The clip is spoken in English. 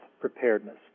preparedness